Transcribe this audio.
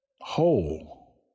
whole